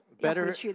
Better